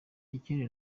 ikindi